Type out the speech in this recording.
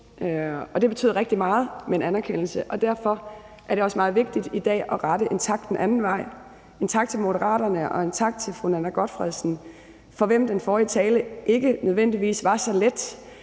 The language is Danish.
det betød rigtig meget med en anerkendelse. Derfor er det også meget vigtigt i dag at rette en tak den anden vej: en tak til Moderaterne og en tak til fru Nanna W. Gotfredsen, for hvem den forrige tale ikke nødvendigvis var så let